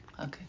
okay